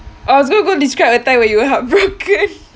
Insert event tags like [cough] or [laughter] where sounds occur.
I was going to go describe a time when [laughs] you were heartbroken